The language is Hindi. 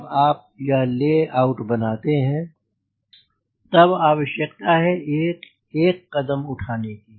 जब आप यह ले आउट बनाते हैं तब आवश्यकता है एक एक कदम उठाने की